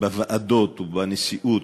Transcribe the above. בוועדות ובנשיאות,